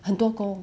很多工